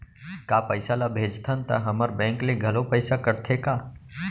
का पइसा ला भेजथन त हमर बैंक ले घलो पइसा कटथे का?